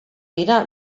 dira